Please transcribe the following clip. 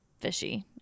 fishy